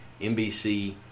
NBC